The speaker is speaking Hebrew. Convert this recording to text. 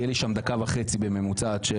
כי תהיה לי שם דקה וחצי בממוצע עד ש